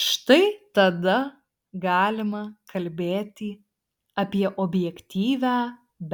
štai tada galima kalbėti apie objektyvią